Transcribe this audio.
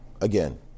again